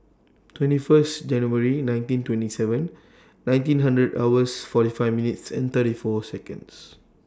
twenty First January nineteen twenty seven nineteen hundred hours forty five minutes and thirty four Seconds